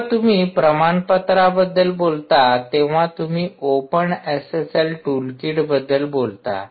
जेंव्हा तुम्ही प्रमाणपत्राबद्दल बोलता तेंव्हा तुम्ही ओपन एसएसएल टूलकिट बद्दल बोलता